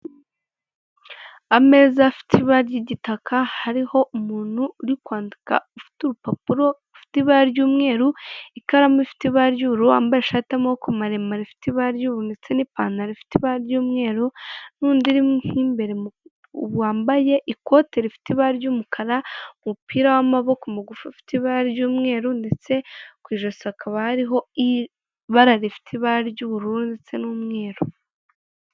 Ameza afite ibara ry'igitaka, ariho umuntu uri kwandika ufite urupapuro rw'umweru. Yambaye ishati y'amaboko maremare ifite ibara ry'umweru n'ipantaro ifite ibara ry'umweru.